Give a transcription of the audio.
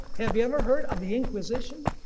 have you ever heard of the inquisition?